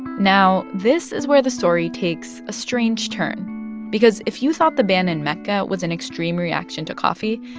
now, this is where the story takes a strange turn because if you thought the ban in mecca was an extreme reaction to coffee,